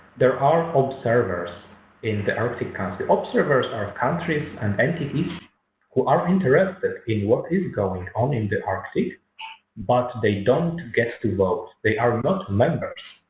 there are observers in the arctic council. observers are countries and entities who are interested in what is going on in the arctic but they don't get to vote they are and not members,